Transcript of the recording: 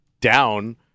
down